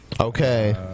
Okay